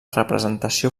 representació